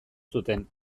zuten